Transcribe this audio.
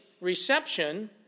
reception